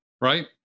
Right